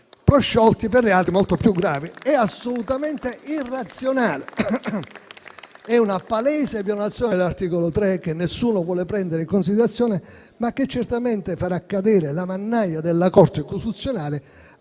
è assolutamente irrazionale